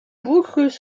boucles